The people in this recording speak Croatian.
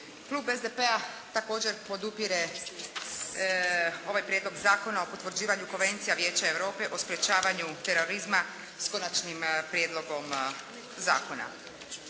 Klub SDP-a također podupire ovaj Prijedlog Zakona o potvrđivanju Konvencija Vijeća Europe o sprječavanju terorizma, s Konačnim prijedlogom zakona.